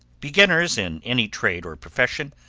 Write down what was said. beginners in any trade or profession,